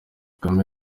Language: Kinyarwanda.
kagame